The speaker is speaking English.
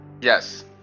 Yes